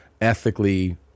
ethically